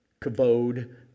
Kavod